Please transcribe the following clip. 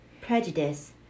prejudice